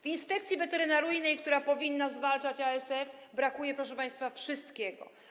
W Inspekcji Weterynaryjnej, która powinna zwalczać ASF, brakuje, proszę państwa, wszystkiego.